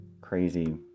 crazy